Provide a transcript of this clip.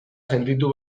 sentitu